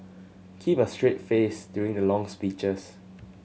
keep a straight face during the long speeches